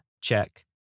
check